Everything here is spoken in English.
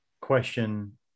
question